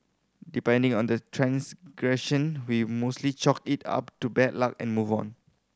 depending on the transgression we mostly chalk it up to bad luck and move on